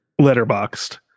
letterboxed